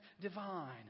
divine